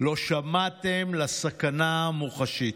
לא שמעתם לסכנה המוחשית.